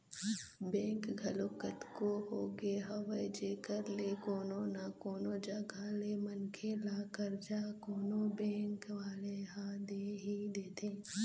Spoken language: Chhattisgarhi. बेंक घलोक कतको होगे हवय जेखर ले कोनो न कोनो जघा ले मनखे ल करजा कोनो बेंक वाले ह दे ही देथे